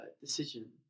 decision